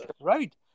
right